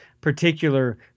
particular